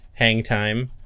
Hangtime